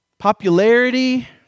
popularity